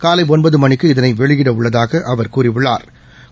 காலைஒன்பதுமணிக்கு இதனைவெளியிடஉள்ளதாகஅவா் கூறியுள்ளாா்